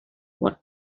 what